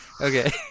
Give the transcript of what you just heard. Okay